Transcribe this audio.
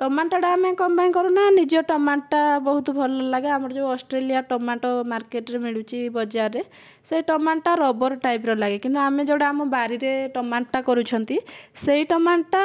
ଟମାଟୋଟା ଆମେ କଣ ପାଇଁ କରୁଣା ନିଜେ ଟମାଟୋଟା ବହୁତ ଲାଗେ ଆମର ଯେଉଁ ଅଷ୍ଟ୍ରେଲିଆ ଟମାଟୋ ମାର୍କେଟରେ ମିଳୁଛି ବଜାରରେ ସେ ଟମାଟୋଟା ରବର୍ ଟାଇପ୍ର ଲାଗେ କିନ୍ତୁ ଆମେ ଯେଉଁଟା ଆମ ବାରିରେ ଟମାଟୋଟା କରୁଛନ୍ତି ସେହି ଟମାଟୋଟା